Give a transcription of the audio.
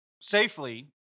safely